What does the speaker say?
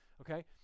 Okay